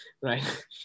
right